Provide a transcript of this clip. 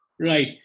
Right